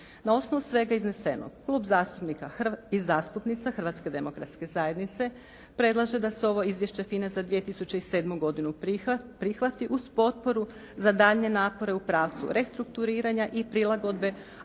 Na osnovu svega iznesenog klub zastupnika i zastupnica Hrvatske demokratske zajednice predlaže da se ovo Izvješće FINA za 2007. godinu prihvati uz potporu za daljnje napore u pravcu restrukturiranja i prilagodbe